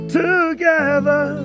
together